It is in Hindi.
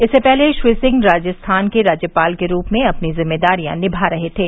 इससे पहले श्री सिंह राजस्थान के राज्यपाल के रूप में अपनी ज़िम्मेदारियां निभा रहे थे